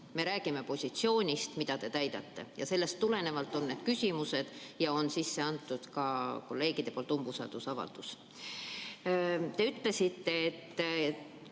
Me räägime positsioonist, mida te täidate. Sellest tulenevad need küsimused ja on sisse antud kolleegidel umbusaldusavaldus. Te ütlesite, et